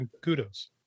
Kudos